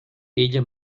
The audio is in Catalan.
ella